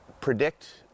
predict